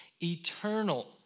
eternal